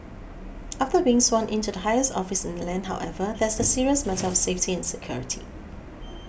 after being sworn in to the highest office in the land however there's the serious matter of safety and security